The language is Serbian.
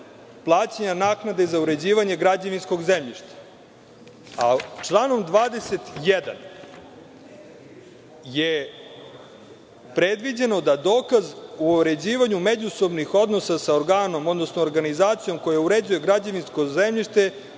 plaćanja naknade za uređivanje građevinskog zemljišta. Dok članom 21. je predviđeno da dokaz o uređivanju međusobnih odnosa sa organom, odnosno organizacijom koja uređuje građevinsko zemljište